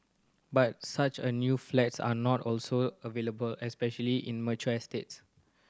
but such a new flats are not also available especially in mature estates